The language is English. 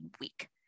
Week